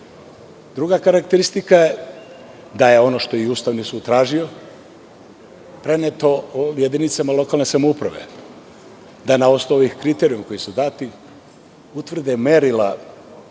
karakteristika je, da je i ono što je Ustavni sud tražio preneto jedinicama lokalne samouprave, da na osnovu ovih kriterijuma koji su dati utvrde merila za